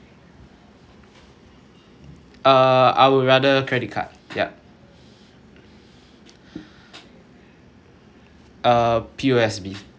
uh I would rather credit card yup uh P_O_S_B